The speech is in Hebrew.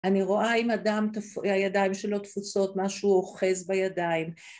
‫אני רואה אם אדם תפו-הידיים שלו תפוסות, ‫משהו אוחז בידיים.